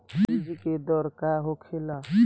बीज के दर का होखेला?